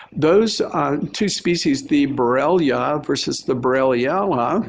those two species, the borrelia versus the borreliella,